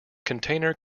container